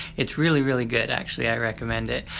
it's really really good actually, i recommend it.